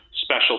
special